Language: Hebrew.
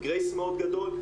עם גרייס מאוד גדול,